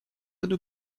nous